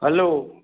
hello